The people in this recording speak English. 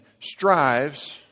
strives